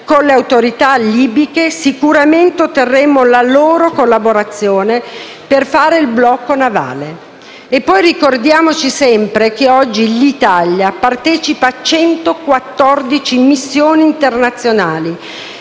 con le autorità libiche, sicuramente otterremmo la loro collaborazione per istituire il blocco navale. Ricordiamoci sempre che oggi l'Italia partecipa a 114 missioni internazionali,